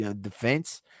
defense